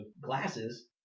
glasses